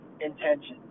intentions